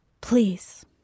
Please